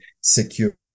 secure